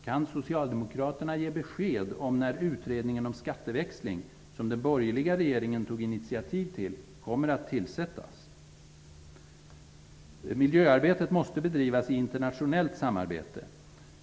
Kan socialdemokraterna ge besked om när utredningen om skatteväxling, som den borgerliga regeringen tog initiativ till, kommer att tillsättas? Miljöarbetet måste bedrivas i internationellt samarbete.